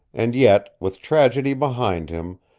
and yet, with tragedy behind him,